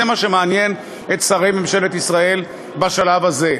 זה מה שמעניין את שרי ממשלת ישראל בשלב הזה.